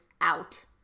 out